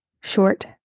short